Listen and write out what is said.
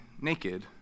naked